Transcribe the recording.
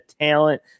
talent